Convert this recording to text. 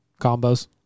combos